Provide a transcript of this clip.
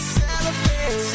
celebrate